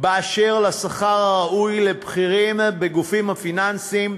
על השכר הראוי לבכירים בגופים הפיננסיים,